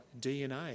DNA